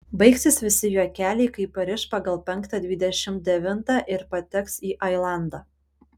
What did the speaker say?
baigsis visi juokeliai kai pariš pagal penktą dvidešimt devintą ir pateks į ailandą